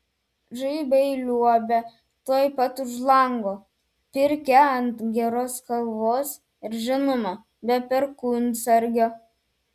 žaibai liuobia tuoj pat už lango pirkia ant geros kalvos ir žinoma be perkūnsargio